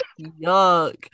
yuck